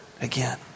again